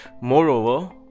Moreover